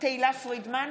תהלה פרידמן,